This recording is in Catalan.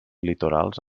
litorals